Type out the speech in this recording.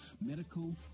medical